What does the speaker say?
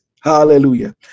Hallelujah